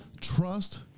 Trust